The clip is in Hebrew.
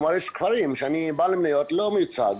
כלומר יש כפרים שאני בעל מניות לא מיוצג.